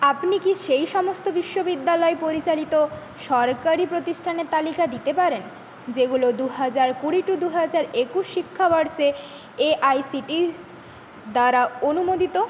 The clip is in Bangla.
আপনি কি সেই সমস্ত বিশ্ববিদ্যালয় পরিচালিত সরকারি প্রতিষ্ঠানের তালিকা দিতে পারেন যেগুলো দু হাজার কুড়ি টু দু হাজার একুশ শিক্ষাবর্ষে এআইসিটিস দ্বারা অনুমোদিত